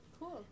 Cool